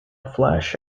flash